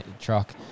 truck